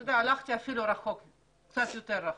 אתה יודע, הלכתי אפילו קצת יותר רחוק.